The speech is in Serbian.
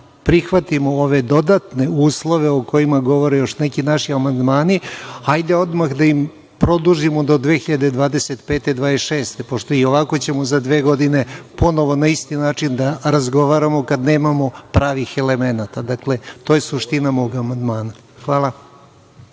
prihvatimo ove dodatne uslove o kojima govore još neki naši amandmani, hajde odmah da ih produžimo do 2025-2026. godine, pošto i ovako ćemo za dve godine ponovo na isti način da razgovaramo kad nemamo pravih elemenata. Dakle, to je suština mog amandmana. Hvala.